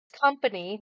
company